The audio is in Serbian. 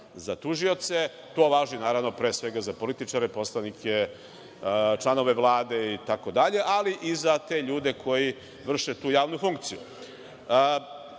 za tužioce. To važi pre svega za političare, poslanike, članove Vlade, itd, ali i za te ljude koji vrše tu javnu funkciju. Bila